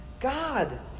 God